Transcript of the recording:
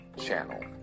channel